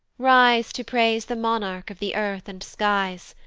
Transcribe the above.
rise to praise the monarch of the earth and skies,